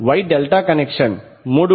Y ∆ connection 3